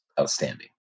Outstanding